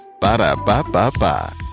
Ba-da-ba-ba-ba